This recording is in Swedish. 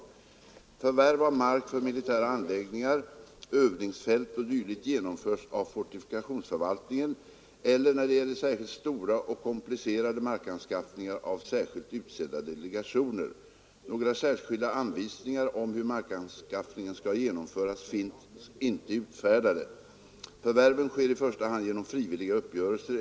Förvärv av mark för militära anläggningar, övningsfält o. d. genomförs av fortifikationsförvaltningen eller, när det gäller särskilt stora och komplicerade markanskaffningar, av särskilt utsedda delegationer. Några särskilda anvisningar om hur markanskaffningen skall genomföras finns inte utfärdade. Förvärven sker i första hand genom frivilliga uppgörelser.